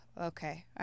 okay